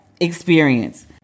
experience